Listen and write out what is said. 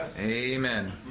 Amen